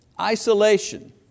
Isolation